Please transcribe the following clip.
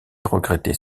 regretter